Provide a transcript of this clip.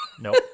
Nope